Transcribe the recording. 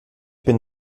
bin